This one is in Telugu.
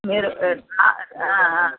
మీరు